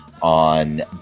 on